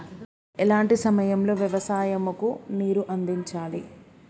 ఎలాంటి సమయం లో వ్యవసాయము కు నీరు అందించాలి?